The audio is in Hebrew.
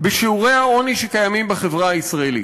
בשיעורי העוני שקיימים בחברה הישראלית.